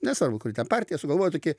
nesvarbu kuri ten partija sugalvojo tokį